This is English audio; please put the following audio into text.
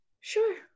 Sure